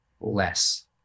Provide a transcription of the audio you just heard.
less